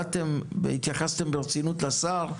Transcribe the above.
באתם התייחסתם ברצינות לשר,